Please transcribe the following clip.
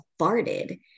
farted